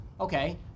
Okay